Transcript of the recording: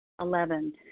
Eleven